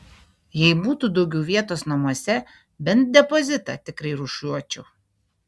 jei būtų daugiau vietos namuose bent depozitą tikrai rūšiuočiau